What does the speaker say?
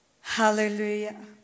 Hallelujah